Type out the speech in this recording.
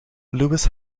lewis